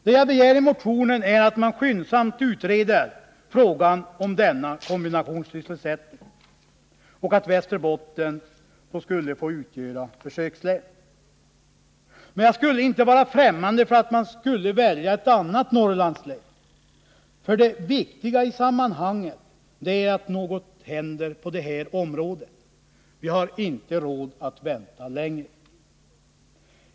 Det jag begär i motionen är att man skyndsamt skall utreda frågan om denna kombinationssysselsättning och att Västerbotten skall få utgöra försökslän. Men jag är inte främmande för att man väljer ett annat Norrlandslän. Det viktiga i sammanhanget är att något händer på det här området — vi har inte råd att vänta längre.